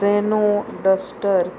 Renault duster